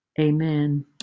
Amen